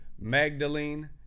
Magdalene